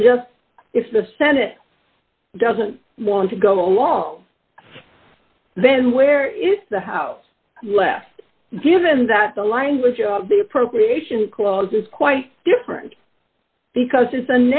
and just if the senate doesn't want to go along then where is the house left given that the language of the appropriation clause is quite different because it's a